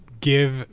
give